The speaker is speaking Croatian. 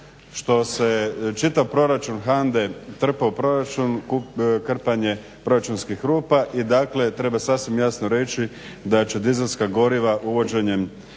što se čitav proračun HANDA-e trpa u proračun je krpanje proračunskih rupa i treba sasvim jasno reći da će dizelska goriva uvođenjem